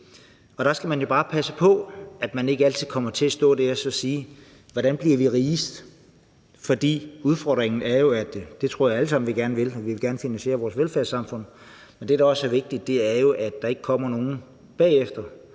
Der skal man bare passe på, at man ikke altid kommer til at stå der og sige: Hvordan bliver vi rigest? For udfordringen er jo, at det tror jeg vi alle sammen gerne vil, og vi vil gerne finansiere vores velfærdssamfund. Men det, der også er vigtigt, er, at der ikke kommer nogen bagefter